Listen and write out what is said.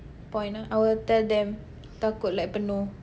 point ah I will tell them takut like penuh